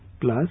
plus